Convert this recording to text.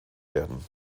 werden